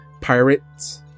pirates